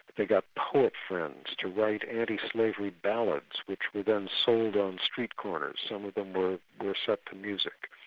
they got poet friends to write anti-slavery ballads, which were then sold on street corners. some of them were were set to music.